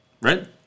right